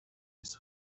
his